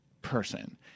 person